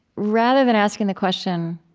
rather than asking the question,